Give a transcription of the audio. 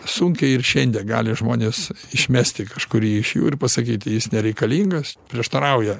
sunkiai ir šiandien gali žmonės išmesti kažkurį iš jų ir pasakyti jis nereikalingas prieštarauja